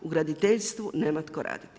U graditeljstvu nema tko raditi.